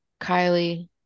Kylie